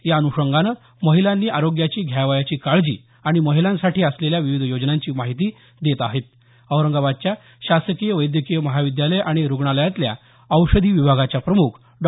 या अन्षंगानं महिलांनी आरोग्याची घ्यावयाची काळजी आणि महिलांसाठी असलेल्या विविध योजनांची माहिती देत आहेत औरंगाबादच्या शासकीय वैद्यकीय महाविद्यालय आणि रुग्णालयातल्या औषधी विभागाच्या प्रमुख डॉ